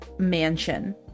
mansion